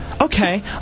Okay